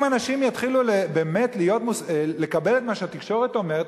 אם אנשים יתחילו באמת לקבל את מה שהתקשורת אומרת,